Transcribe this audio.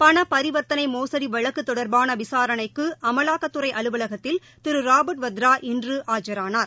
பணபரிவா்த்தனைமோசடிவழக்குதொடர்பானவிசாரணைக்குஅமவாக்கத்துறைஅலவலகத்தில் திருராபர்ட் வத்ரா இன்றுஆஜரானார்